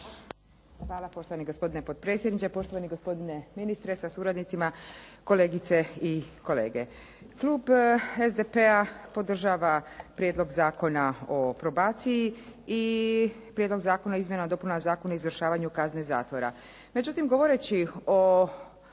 Hvala poštovani gospodine potpredsjedniče, poštovani gospodine ministre sa suradnicima, kolegice i kolege. Klub SDP-a podržava Prijedlog zakona o probaciji i Prijedlog zakona o izmjenama i dopunama Zakona o izvršavanju kazne zatvora.